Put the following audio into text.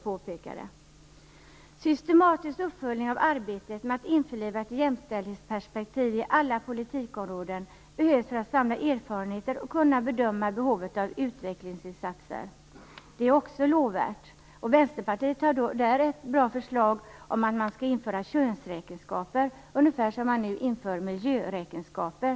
I punkt fyra står att systematisk uppföljning av arbetet med att införliva ett jämställdhetsperspektiv i alla politikområden behövs för att man skall kunna samla erfarenheter och kunna bedöma behovet av utvecklingsinsatser. Detta är också lovvärt. Vänsterpartiet har ett bra förslag om att man skall införa könsräkenskaper, ungefär som när man nu inför miljöräkenskaper.